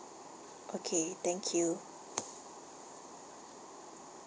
okay thank you